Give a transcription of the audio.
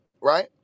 right